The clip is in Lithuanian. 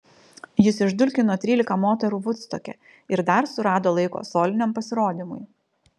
jis išdulkino trylika moterų vudstoke ir dar surado laiko soliniam pasirodymui